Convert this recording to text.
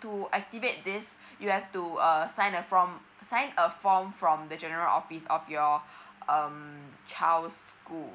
to activate this you have to uh sign a from sign a form from the general office of your um child school